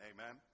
Amen